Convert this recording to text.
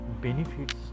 benefits